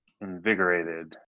invigorated